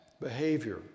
behavior